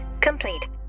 complete